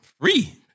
free